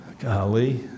Golly